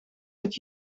dat